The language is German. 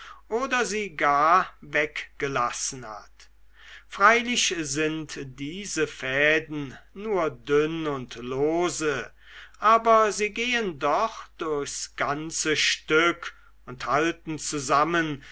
oder sie gar weggelassen hat freilich sind diese fäden nur dünn und lose aber sie gehen doch durchs ganze stück und halten zusammen